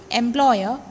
employer